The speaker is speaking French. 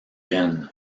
bren